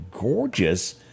gorgeous